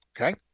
Okay